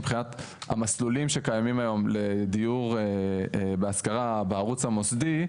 מבחינת המסלולים שקיימים היום לדיור בהשכרה בערוץ המוסדי,